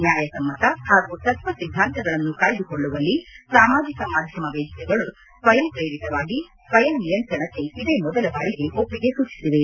ನ್ಯಾಯಸಮ್ಮತ ಹಾಗೂ ತತ್ವ ಸಿದ್ದಾಂತಗಳನ್ನು ಕಾಯ್ದುಕೊಳ್ಳುವಲ್ಲಿ ಸಾಮಾಜಿಕ ಮಾಧ್ಯಮ ವೇದಿಕೆಗಳು ಸ್ವಯಂ ಪ್ರೇರಿತವಾಗಿ ಸ್ವಯಂ ನಿಯಂತ್ರಣಕ್ಕೆ ಇದೇ ಮೊದಲ ಬಾರಿಗೆ ಒಪ್ಪಿಗೆ ಸೂಚಿಸಿವೆ